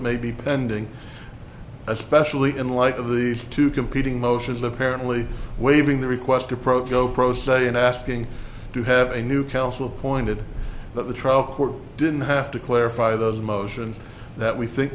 may be pending especially in light of these two competing motions apparently waiving the request approach go pro se in asking to have a new counsel appointed that the trial court didn't have to clarify those motions that we think